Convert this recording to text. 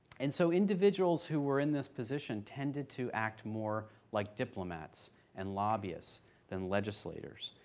and so individuals who were in this position tended to act more like diplomats and lobbyists than legislators.